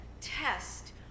test